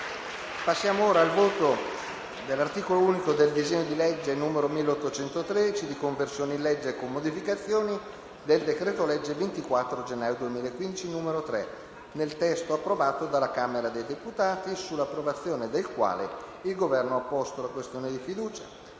la votazione dell'articolo unico del disegno di legge n. 1813, di conversione in legge, con modificazioni, del decreto-legge 24 gennaio 2015, n. 3, nel testo approvato dalla Camera dei deputati, sull'approvazione del quale il Governo ha posto la questione di fiducia.